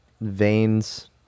veins